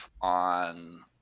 on